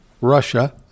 Russia